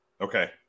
Okay